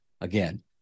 Again